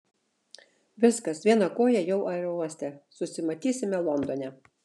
viskas viena koja jau aerouoste susimatysime londone